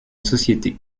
société